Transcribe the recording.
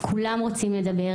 כולם רוצים לדבר.